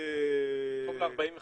טוב ל-45 שנה.